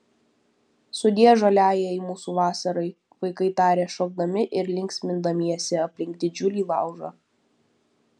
sudie žaliajai mūsų vasarai vaikai tarė šokdami ir linksmindamiesi aplink didžiulį laužą